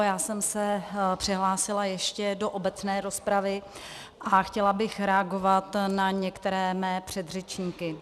Já jsem se přihlásila ještě do obecné rozpravy a chtěla bych reagovat na některé mé předřečníky.